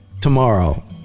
tomorrow